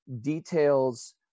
details